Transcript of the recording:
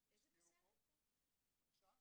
מה שחברת הביטוח המקבלת למה שהיא משלמת.